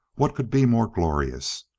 what could be more glorious?